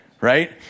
right